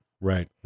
Right